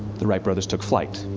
the wright brothers took flight,